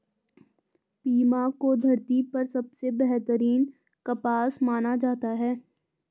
Pima को धरती पर सबसे बेहतरीन कपास माना जाता है